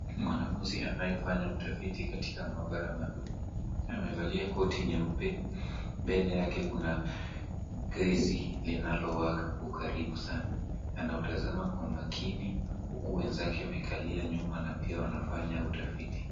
Mwanafunzi anayefanya utafiti katika maabara maalum amevalia koti nyeupe. Mbele yake kuna gesi linalowaka kwa ukaribu sana. Anautazama kwa umakini huku wenzake wamekalia nyuma na pia wanafanya utafiti.